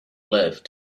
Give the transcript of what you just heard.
left